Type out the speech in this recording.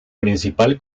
principal